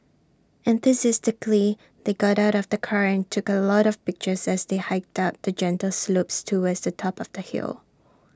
enthusiastically they got out of the car and took A lot of pictures as they hiked up the gentle slopes towards the top of the hill